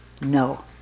No